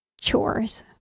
chores